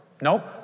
Nope